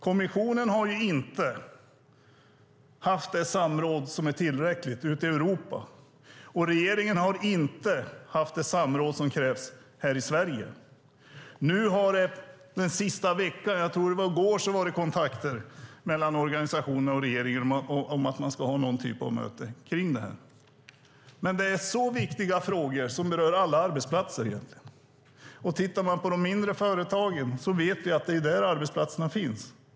Kommissionen har inte haft ett tillräckligt samråd i Europa, och regeringen har inte haft det samråd som krävs här i Sverige. I går tror jag att det togs kontakt mellan organisationerna och regeringen om att ha ett möte om detta. Det är viktiga frågor som berör alla arbetsplatser. Det är i de mindre företagen de flesta arbetsplatser finns.